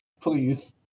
Please